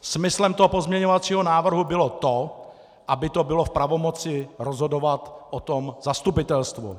Smyslem pozměňovacího návrhu bylo to, aby to bylo v pravomoci rozhodovat o tom zastupitelstva.